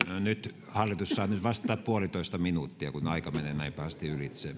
hallitus saa nyt vastata yksi pilkku viisi minuuttia kun aika menee näin pahasti ylitse